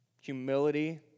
humility